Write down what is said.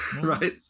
Right